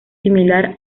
similar